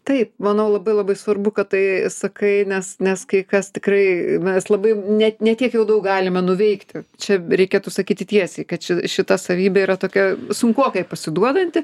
taip manau labai labai svarbu kad tai sakai nes nes kai kas tikrai mes labai net ne tiek jau daug galime nuveikti čia reikėtų sakyti tiesiai kad ši šita savybė yra tokia sunkokai pasiduodanti